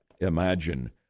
imagine